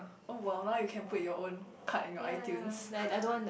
oh !wow! now you can put your own card in your iTunes